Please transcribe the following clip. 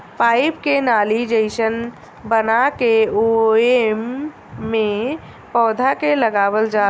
pipe के नाली जइसन बना के ओइमे पौधा के लगावल जाला